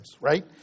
right